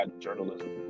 journalism